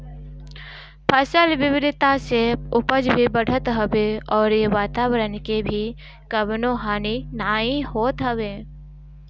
फसल विविधता से उपज भी बढ़त हवे अउरी वातवरण के भी कवनो हानि नाइ होत हवे